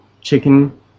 chicken